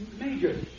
Major